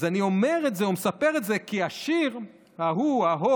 אז אני אומר את זה ומספר את זה כי השיר ההוא, ה"הו